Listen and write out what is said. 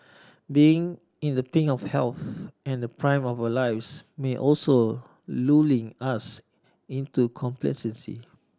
being in the pink of health and the prime of our lives may also lulling us into complacency